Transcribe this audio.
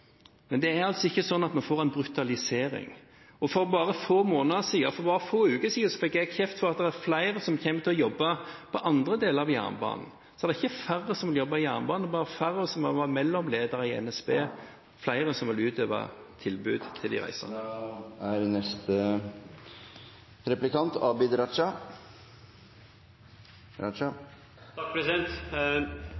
men det er altså ikke sånn at vi får en brutalisering. For bare få måneder siden – for bare få uker siden – fikk jeg kjeft for at flere kommer til å jobbe på andre deler av jernbanen. Det er ikke færre som jobber i jernbanen, det er bare færre som er mellomledere i NSB, og flere som vil yte tilbud til de reisende.